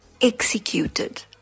executed